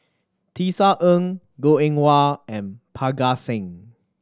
Tisa Ng Goh Eng Wah and Parga Singh